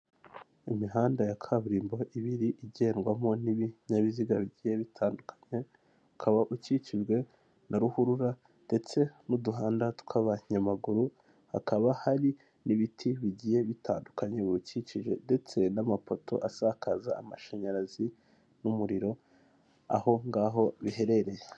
Imihanda ya kaburimbo ibiri igendwamo n'ibinyabiziga bigiye bitandukanye, ukaba ukikijwe na ruhurura ndetse n'uduhanda tw'abanyamaguru, hakaba hari n'ibiti bigiye bitandukanye biwukikije ndetse n'amapoto asakaza amashanyarazi, n'umuriro aho ngaho biherereye.